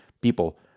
people